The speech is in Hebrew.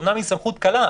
אומנם היא סמכות קלה,